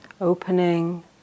opening